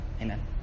amen